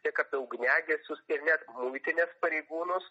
tik apie ugniagesius ir net muitinės pareigūnus